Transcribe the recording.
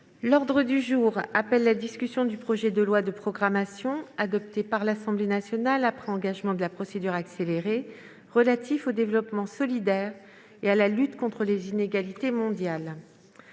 L'ordre du jour appelle la discussion du projet de loi de programmation, adopté par l'Assemblée nationale après engagement de la procédure accélérée, relatif au développement solidaire et à la lutte contre les inégalités mondiales